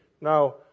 Now